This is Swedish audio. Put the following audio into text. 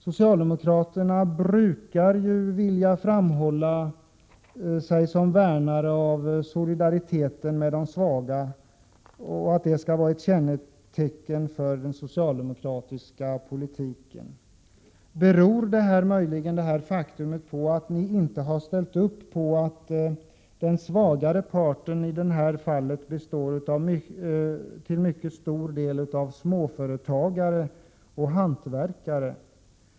Socialdemokraterna brukar ju vilja framhålla solidariteten med de svaga som ett kännetecken för socialdemokratisk politik. Beror det faktum att ni inte har ställt upp för den svagare parten möjligen på att den svagare parten denna gång består till mycket stor del av småföretagare och hantverkare?